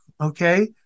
okay